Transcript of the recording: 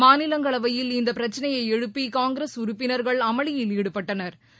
மாநிலங்களவையில் இந்தபிரச்சினையைஎழுப்பிகாங்கிரஸ் உறுப்பினா்கள் அமளியில் ஈடுபட்டனா்